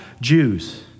Jews